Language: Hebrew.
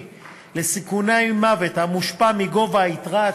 לסיכוני מוות המושפע מגובה היתרה הצבורה,